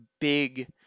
big